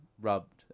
rubbed